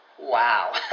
Wow